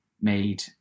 made